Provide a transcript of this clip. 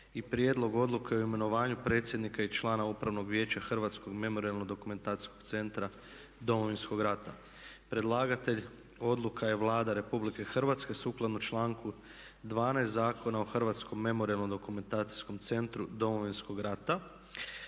b) Prijedlog odluke o imenovanju predsjednika i člana Upravnog vijeća Hrvatskog memorijalno-dokumentacijskog centra Domovinskog rata Predlagatelj odluka je Vlada Republike Hrvatske Sukladno članku 12. Zakona o Hrvatskom memorijalno-dokumentacijskom centru Domovinskog rata.